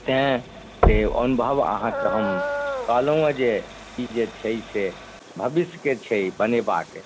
तैॅं से अनुभव अहाँके हम कहलहुॅं जे ई जे छै से भविष्यके छै बनेबाक